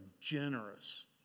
generous